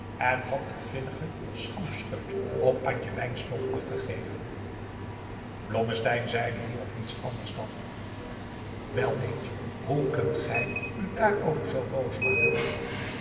en had een vinnigen schampscheut op antje wynstok afgegeven blommesteyn zeide hierop niets anders dan wel leentje hoe kunt gij u daarover zoo boos maken